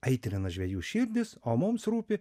aitrina žvejų širdis o mums rūpi